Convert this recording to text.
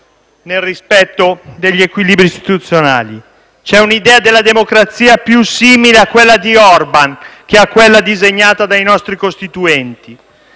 nel rispetto degli equilibri istituzionali. C'è un'idea della democrazia più simile a quella di Orban che a quella disegnata dai nostri costituenti.